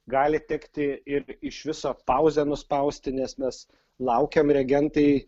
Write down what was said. gali tekti ir iš viso pauzę nuspausti nes mes laukiam reagentai